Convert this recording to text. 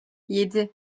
yedi